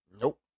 Nope